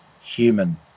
human